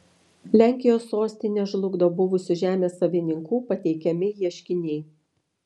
lenkijos sostinę žlugdo buvusių žemės savininkų pateikiami ieškiniai